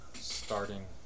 starting